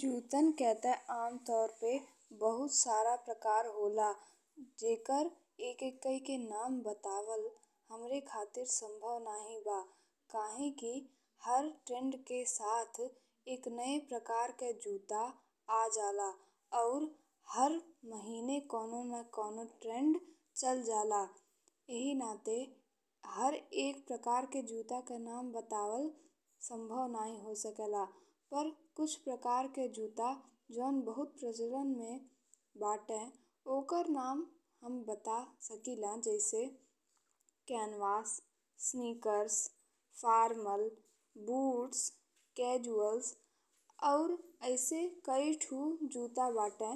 जूतन के त आम तउर पे बहुत सारा प्रकार होला जेकरे एक-एक कई के नाम बतावल हमरे खातिर संभव नइखे बा काहेकि हर ट्रेंड के साथ एक नए प्रकार के जूता आ जाला अउर हर महीने कउनो न कउनो ट्रेंड चल जाला। एही नाते हर एक प्रकार के जूता के नाम बतावल संभव नइखे हो सकेला पर कुछ प्रकार के जूता जौन बहुत प्रचलन में बाटे ओकर नाम हम बता सकिला जैसे canvas, sneakers, formal, boot, casuals. अउर अइसन काई ठू जूता बाटे